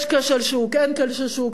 יש כשל שהוא כן כשל שוק,